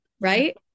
Right